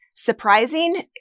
Surprising